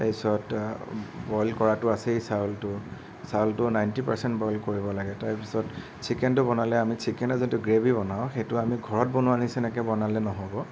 তাৰ পিছত বইল কৰাটো আছেই চাউলটো চাউলটো নাইনটি পাৰচেণ্ট বইল কৰিব লাগে তাৰ পিছত চিকেনটো বনালে আমি চিকেনৰ যিটো গ্ৰেভি বনাওঁ সেইটো আমি ঘৰত বনোৱাৰ নিচিনাকৈ বনালে নহ'ব